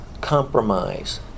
compromise